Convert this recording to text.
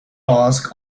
ask